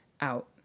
out